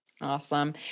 Awesome